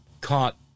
caught